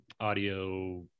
audio